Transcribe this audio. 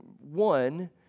One